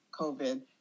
COVID